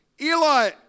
Eli